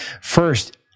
First